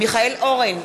מיכאל אורן,